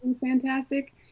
fantastic